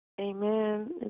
Amen